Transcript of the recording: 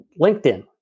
LinkedIn